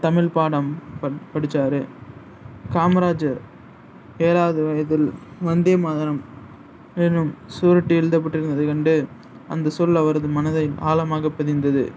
தமிழ் பாடம் படி படிச்சார் காமராஜர் ஏழாவது வயதில் வந்தே மாதரம் என்னும் சுவரொட்டி எழுதப்பட்டிருந்ததைக் கண்டு அந்த சொல் அவரது மனதில் ஆழமாக பதிந்தது